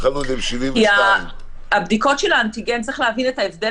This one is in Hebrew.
התחלנו את זה עם 72. צריך להבין את ההבדל